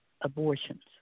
abortions